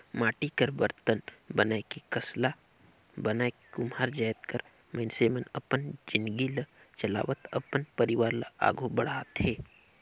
माटी कर बरतन बनाए के करसा बनाए के कुम्हार जाएत कर मइनसे मन अपन जिनगी ल चलावत अपन परिवार ल आघु बढ़ाथे